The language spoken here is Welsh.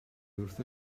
wrth